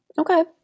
Okay